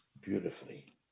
beautifully